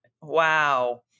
Wow